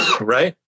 Right